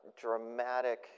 dramatic